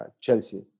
Chelsea